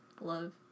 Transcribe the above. love